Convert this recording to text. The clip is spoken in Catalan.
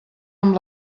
amb